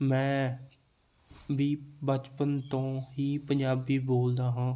ਮੈਂ ਵੀ ਬਚਪਨ ਤੋਂ ਹੀ ਪੰਜਾਬੀ ਬੋਲਦਾ ਹਾਂ